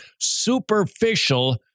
superficial